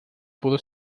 pudo